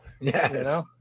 yes